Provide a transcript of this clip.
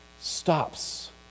stops